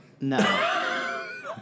No